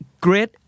Great